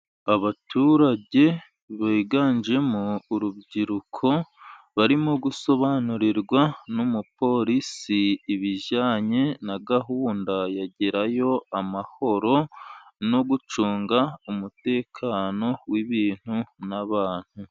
Abaturage biganjemo urubyiruko barimo gusobanurirwa, n'umupolisi ibijyanye na gahunda ya gerayo amahoro no gucunga umutekano w'ibintu n'abantu.